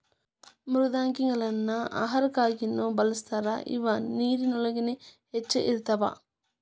ಮೃದ್ವಂಗಿಗಳನ್ನ ಆಹಾರಕ್ಕಾಗಿನು ಬಳಸ್ತಾರ ಇವ ನೇರಿನೊಳಗ ಹೆಚ್ಚ ಇರತಾವ